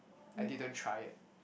I didn't try it